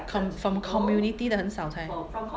com~ from community 的很少才